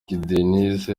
denise